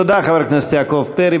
תודה, חבר הכנסת יעקב פרי.